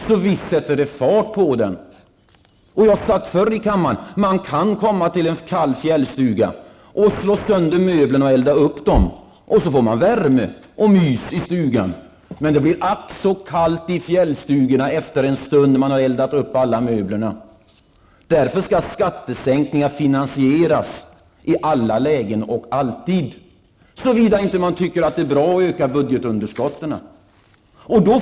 Jag har sagt det förr här i kammaren, att om man kommer till en kall fjällstuga och slår sönder möblerna för att elda upp dem, får man det varmt och mysigt i stugan, men efter en stund blir det ack så kallt i fjällstugorna när man har eldat upp alla möbler. Därför skall skattesänkningar i alla lägen alltid finansieras, såvida man inte tycker att det är bra att öka budgetunderskottet.